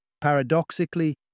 Paradoxically